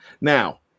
Now